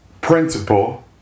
principle